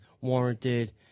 warranted